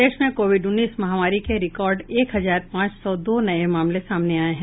प्रदेश में कोविड उन्नीस महामारी के रिकार्ड एक हजार पांच सौ दो नये मामले सामने आये हैं